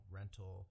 rental